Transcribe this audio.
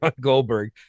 Goldberg